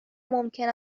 ممکن